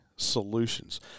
Solutions